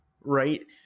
right